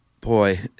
boy